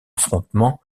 affrontement